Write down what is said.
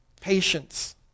patience